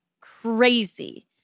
crazy